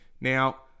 Now